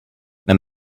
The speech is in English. and